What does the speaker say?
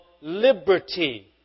liberty